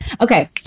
Okay